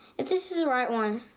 if this is the right one,